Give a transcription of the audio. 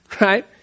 right